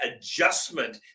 adjustment